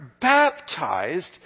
baptized